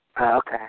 Okay